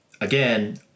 again